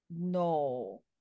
no